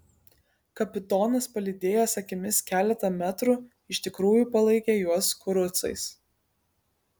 kapitonas palydėjęs akimis keletą metrų iš tikrųjų palaikė juos kurucais